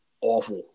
awful